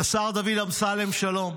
"לשר דוד אמסלם שלום,